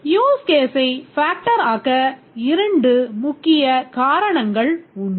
use கேஸை factor ஆக்க இரண்டு முக்கியக் காரணங்கள் உண்டு